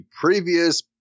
previous